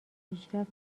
پیشرفت